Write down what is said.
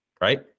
right